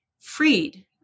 freed